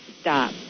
stop